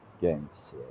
games